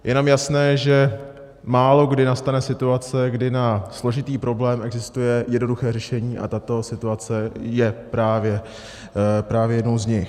Je nám jasné, že málokdy nastane situace, kdy na složitý problém existuje jednoduché řešení, a tato situace je právě jednou z nich.